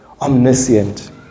omniscient